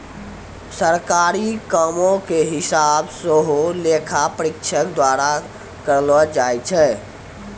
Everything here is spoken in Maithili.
सरकारी कामो के हिसाब सेहो लेखा परीक्षक द्वारा करलो जाय छै